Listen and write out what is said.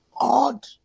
odd